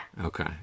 Okay